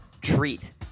treat